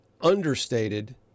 understated